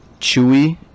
chewy